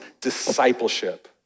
discipleship